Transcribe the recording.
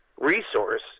resource